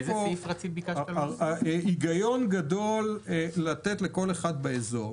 יש היגיון גדול לתת לכל אחד באזור.